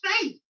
faith